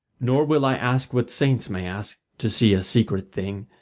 nor will i ask what saints may ask, to see a secret thing.